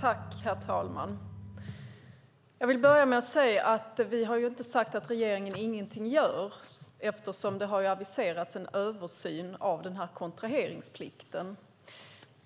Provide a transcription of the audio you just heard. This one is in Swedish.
Herr talman! Jag vill börja med att säga att vi inte har sagt att regeringen ingenting gör, eftersom det har aviserats en översyn av kontraheringsplikten.